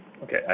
Okay